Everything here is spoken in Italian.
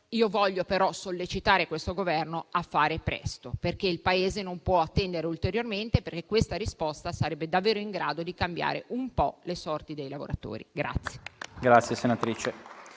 voglio però sollecitare questo Governo a fare presto, perché il Paese non può attendere ulteriormente e questa risposta sarebbe davvero in grado di cambiare un po' le sorti dei lavoratori.